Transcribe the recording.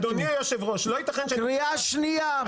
אדוני היושב ראש לא יתכן --- קריאה שנייה,